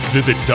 Visit